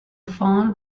fawn